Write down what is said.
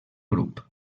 grup